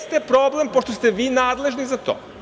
Jeste problem, pošto ste vi nadležni za to.